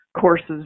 courses